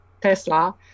Tesla